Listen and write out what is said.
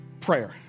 prayer